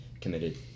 Committed